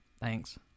Thanks